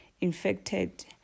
infected